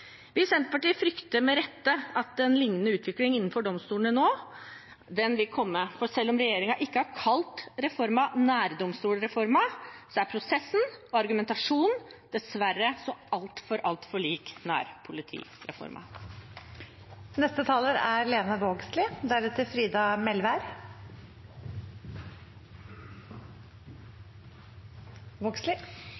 Senterpartiet frykter med rette at en liknende utvikling innenfor domstolene nå vil komme, for selv om regjeringen ikke har kalt reformen nærdomstolsreformen, er prosessen og argumentasjonen dessverre så altfor, altfor lik nærpolitireformen. Det er